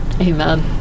amen